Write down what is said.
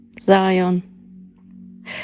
Zion